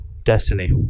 destiny